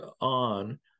on